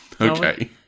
Okay